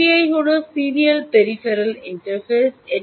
SPI হল serial peripheral interface